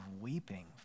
weeping